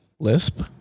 Lisp